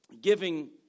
giving